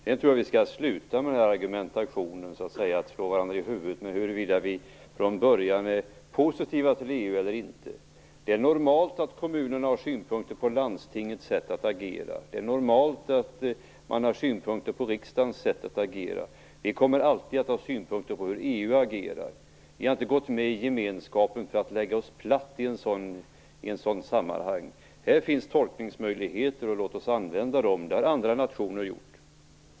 Jag tror att vi skall sluta med denna argumentation och sluta slå varandra i huvudet med huruvida vi från början var positiva till EU eller inte. Det är normalt att kommunerna har synpunkter på landstingets sätt att agera. Det är normalt att man har synpunkter på riksdagens sätt att agera. Vi kommer alltid att ha synpunkter på hur EU agerar. Vi har inte gått med i gemenskapen för att lägga oss platt i ett sådant sammanhang. Här finns tolkningsmöjligheter. Låt oss använda dem! Det har andra nationer gjort.